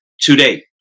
Today